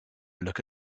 look